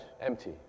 empty